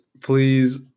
please